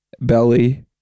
belly